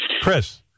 Chris